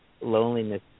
loneliness